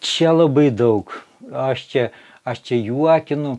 čia labai daug aš čia aš čia juokinu